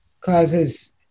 Causes